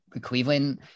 Cleveland